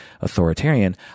authoritarian